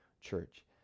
church